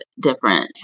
different